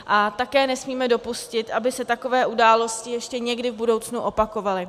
A také nesmíme dopustit, aby se také události ještě někdy v budoucnu opakovaly.